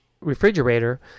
refrigerator